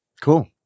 Cool